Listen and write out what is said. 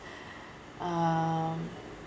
um